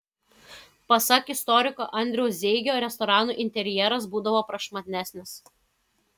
pasak istoriko andriaus zeigio restoranų interjeras būdavo prašmatnesnis